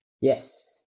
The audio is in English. Yes